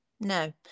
no